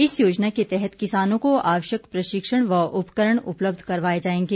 इस योजना के तहत किसानों को आवश्यक प्रशिक्षण व उपकरण उपलब्ध करवाए जाएंगे